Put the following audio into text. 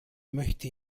möchte